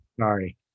sorry